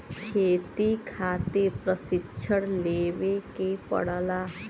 खेती खातिर प्रशिक्षण लेवे के पड़ला